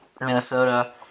Minnesota